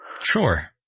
sure